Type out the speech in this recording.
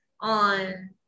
on